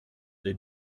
they